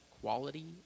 quality